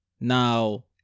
Now